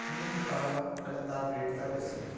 ନି ହେଇ ପାର୍ବାର୍ ବେଲେ ତା'ର୍ ରେଟ୍ଟା ବେଶି ଅଛେ